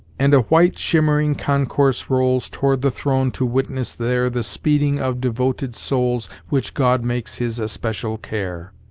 and a white shimmering concourse rolls toward the throne to witness there the speeding of devoted souls which god makes his especial care.